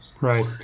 Right